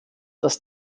dass